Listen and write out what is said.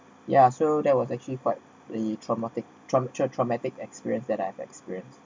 ya so that was actually quite the traumatic trau~ trau~ traumatic experience that I have experience